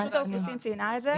רשות האוכלוסין ציינה את זה.